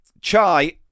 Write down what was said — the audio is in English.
Chai